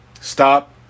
Stop